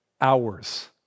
hours